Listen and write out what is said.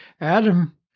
Adam